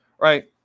Right